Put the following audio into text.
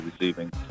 receiving